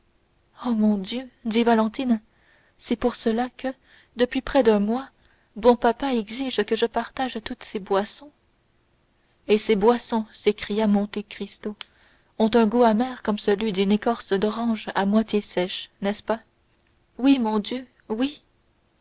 oh mon dieu dit valentine c'est pour cela que depuis près d'un mois bon papa exige que je partage toutes ses boissons et ces boissons s'écria monte cristo ont un goût amer comme celui d'une écorce d'orange à moitié séchée n'est-ce pas oui mon dieu oui